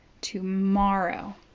tomorrow